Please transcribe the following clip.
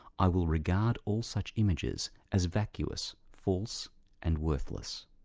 i will regard all such images as vacuous, false and worthless.